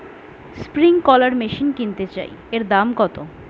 Sprinkler machine কিনতে চাই এর দাম কত?